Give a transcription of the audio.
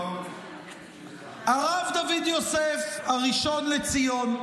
הרב דוד יוסף, הראשון לציון.